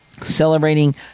celebrating